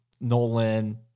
Nolan